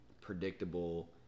predictable